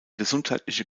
gesundheitliche